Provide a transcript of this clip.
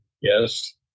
Yes